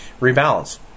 rebalance